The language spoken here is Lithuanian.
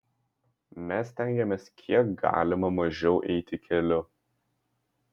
mes stengiamės kiek galima mažiau eiti keliu